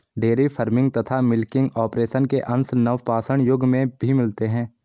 dairy farming तथा milking operation के अंश नवपाषाण युग में भी मिलते हैं